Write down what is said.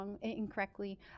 incorrectly